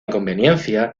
conveniencia